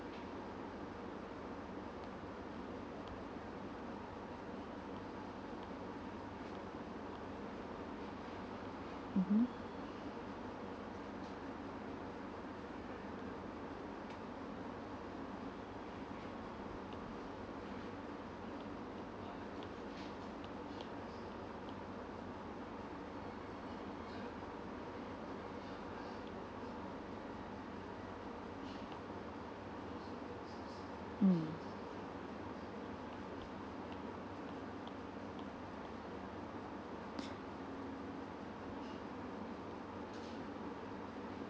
mmhmm mm